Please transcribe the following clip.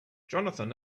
johnathan